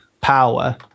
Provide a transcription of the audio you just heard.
power